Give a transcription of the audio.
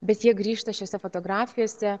bet jie grįžta šiose fotografijose